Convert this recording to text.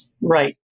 Right